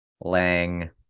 Lang